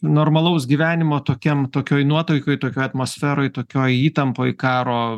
normalaus gyvenimo tokiam tokioj nuotaikoj tokioj atmosferoj tokioj įtampoj karo